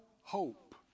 hope